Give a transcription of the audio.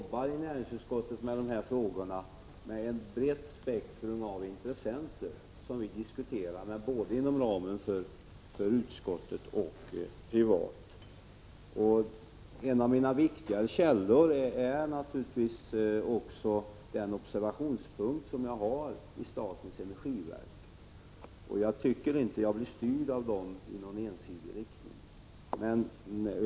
I näringsutskottet arbetar vi med dessa frågor med ett brett spektrum av intressenter som vi diskuterar med både inom ramen för utskottet och privat. En av mina viktigare källor är naturligtvis också den observationspunkt jag har i statens energiverk. Jag tycker inte att jag där blir styrd i någon ensidig riktning.